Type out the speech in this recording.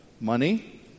money